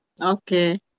Okay